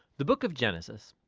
the book of genesis.